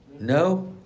No